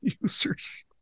users